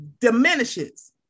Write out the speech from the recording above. diminishes